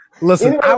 Listen